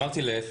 אמרתי להפך.